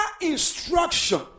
instruction